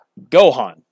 Gohan